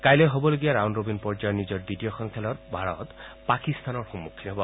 কাইলৈ হ'বলগীয়া round robin পৰ্যায়ৰ নিজৰ দ্বিতীয়খন খেলত ভাৰত পাকিস্তানৰ সন্মুখীন হ'ব